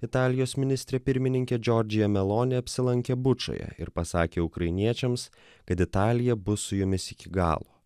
italijos ministrė pirmininkė džordžija meloni apsilankė bučioje ir pasakė ukrainiečiams kad italija bus su jumis iki galo